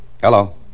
Hello